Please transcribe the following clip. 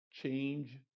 Change